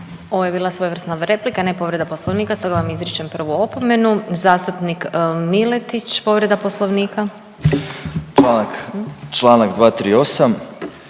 Ovo je bila svojevrsna replika, ne povreda Poslovnika stoga vam izričem prvu opomenu. Zastupnik Miletić povreda Poslovnika. **Miletić,